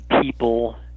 people